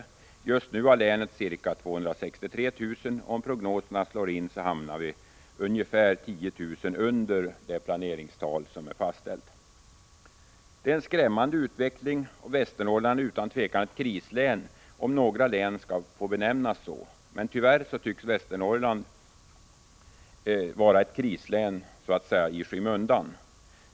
För närvarande har länet ca 263 000 invånare, och om prognoserna slår in hamnar vi ungefär 10 000 invånare under det fastställda planeringstalet. Detta är en skrämmande utveckling, och Västernorrland är utan tvivel ett krislän, om nu några län skall få benämnas så. Men tyvärr tycks Västernorrland vara ett krislän i skymundan.